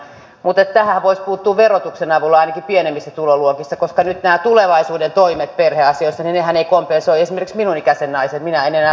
mutta tähänhän voisi puuttua verotuksen avulla ainakin pienemmissä tuloluokissa koska nyt nämä tulevaisuuden toimet perheasioissa eivät kompensoi esimerkiksi minun ikäiseni naisen minähän en enää lapsia tee eläkettä